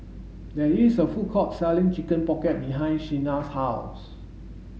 there is a food court selling chicken pocket behind Shenna's house